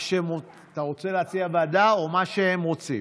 אתה רוצה להציע ועדה, או מה שהם רוצים?